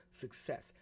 success